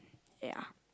ya